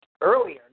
earlier